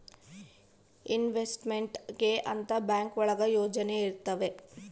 investment ಗೆ ಅಂತ bank ಒಳಗ ಯೋಜನೆ ಇರ್ತವೆ